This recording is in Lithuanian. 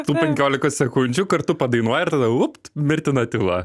tų penkiolikos sekundžių kartu padainuoja ir tada upt mirtina tyla